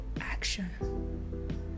action